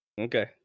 Okay